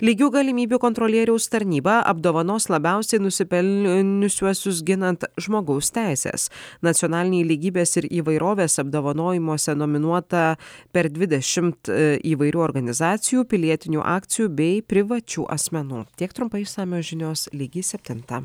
lygių galimybių kontrolieriaus tarnyba apdovanos labiausiai nusipelniusiuosius ginant žmogaus teises nacionaliniai lygybės ir įvairovės apdovanojimuose nominuota per dvidešimt įvairių organizacijų pilietinių akcijų bei privačių asmenų tiek trumpai išsamios žinios lygiai septintą